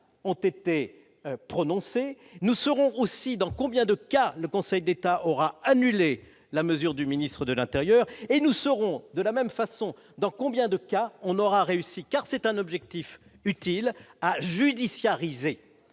ont été prononcées, nous serons aussi dans combien de cas, le Conseil d'État aura annulé la mesure du ministre de l'Intérieur et nous serons de la même façon, dans combien de cas, on aura réussi, car c'est un objectif utile à judiciariser